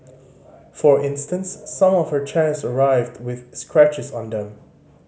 for instance some of her chairs arrived with scratches on them